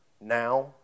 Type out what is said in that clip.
now